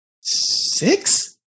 Six